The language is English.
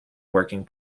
working